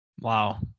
Wow